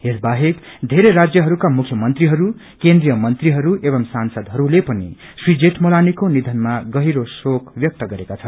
यस बाहेक धेरै राज्यहरूका मुख्य मंत्रीहरू केन्द्रिय मंत्रीहरू एवं सांसदहरूले पनि श्री तजेठमलानीको निधनमा गहिरो शोक व्यक्त गरेका छन्